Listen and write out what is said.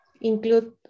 include